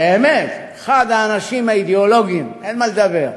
באמת אחד האנשים האידיאולוגיים, אין מה לדבר.